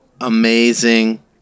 amazing